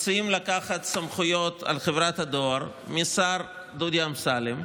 מציעים לקחת סמכויות על חברת הדואר מהשר דודי אמסלם,